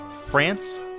France